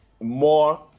more